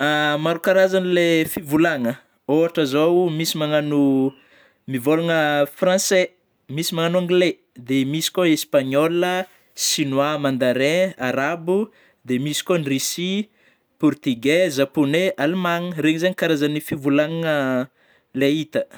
maro karazagna lay fivôlagna ôhatry zao misy magnano, mivôlagna francais ,misy manao anglais ,de misy koa espagnol ,chinoi mandarin ,arabo dia misy koa ny russie, portigais, japonais, alimanigna, regny zeigny karazagna fivôlagnana ilay hita